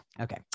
okay